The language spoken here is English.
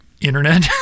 Internet